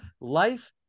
life